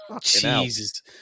Jesus